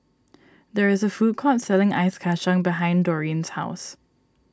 there is a food court selling Ice Kachang behind Doreen's house